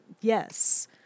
yes